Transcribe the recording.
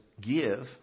Give